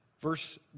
Verse